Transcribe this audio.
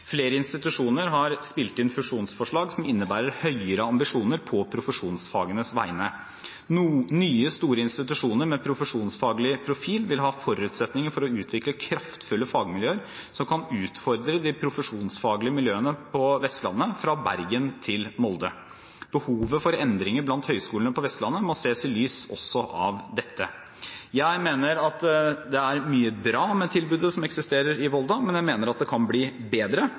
Flere institusjoner har spilt inn fusjonsforslag som innebærer høyere ambisjoner på profesjonsfagenes vegne. Nye, store institusjoner med profesjonsfaglig profil vil ha forutsetninger for å utvikle kraftfulle fagmiljøer som kan utfordre de profesjonsfaglige miljøene på Vestlandet, fra Bergen til Molde. Behovet for endringer blant høyskolene på Vestlandet må ses i lys også av dette. Jeg mener det er mye bra med tilbudet som eksisterer i Volda, men jeg mener det kan bli bedre,